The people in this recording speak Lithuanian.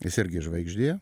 jis irgi žvaigždė